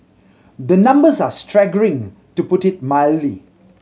the numbers are staggering to put it mildly